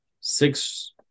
six